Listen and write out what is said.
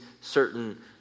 certain